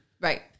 Right